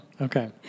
Okay